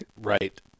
Right